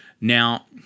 Now